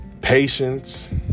patience